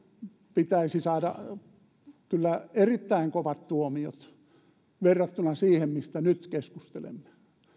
pitäisi saada kyllä erittäin kovat tuomiot verrattuna siihen mistä nyt keskustelemme